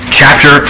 chapter